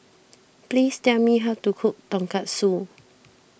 please tell me how to cook Tonkatsu